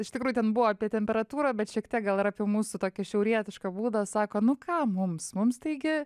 iš tikrųjų ten buvo apie temperatūrą bet šiek tiek gal apie mūsų tokį šiaurietišką būdą sako nu ką mums mums taigi